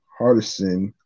Hardison